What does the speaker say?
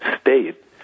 state